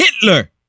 Hitler